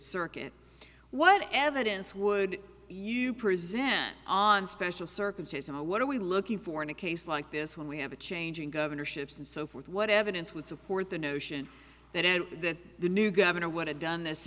circuit what evidence would you present on special circumstance and what are we looking for in a case like this when we have a change in governorships and so forth what evidence would support the notion that and that the new governor would have done th